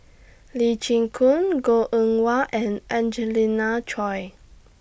Lee Chin Koon Goh Eng Wah and Angelina Choy